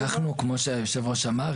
כמו שאמר היושב-ראש,